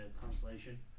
constellation